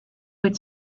would